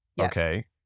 Okay